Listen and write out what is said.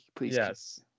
Yes